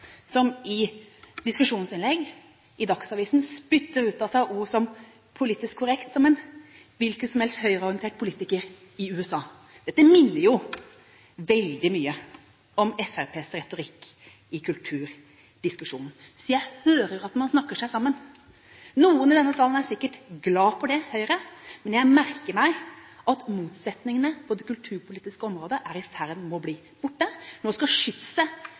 som i diskusjonsinnlegg i Dagsavisen spytter ut av seg ord som «politisk korrekt» – som en hvilken som helst høyreorientert politiker i USA. Dette minner veldig mye om Fremskrittspartiets retorikk i kulturdiskusjonen. Så jeg hører at man snakker seg sammen. Noen i denne salen – Høyre – er sikkert glad for det, men jeg merker meg at motsetningene på det kulturpolitiske området er i ferd med å bli borte. Nå skal